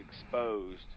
exposed